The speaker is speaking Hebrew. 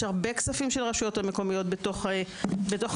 יש הרבה כספים של הרשויות המקומיות בתוך המודלים